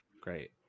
Great